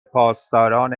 پاسداران